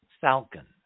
falcon